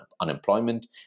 unemployment